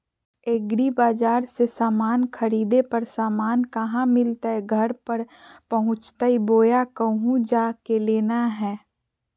एग्रीबाजार से समान खरीदे पर समान कहा मिलतैय घर पर पहुँचतई बोया कहु जा के लेना है?